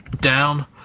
down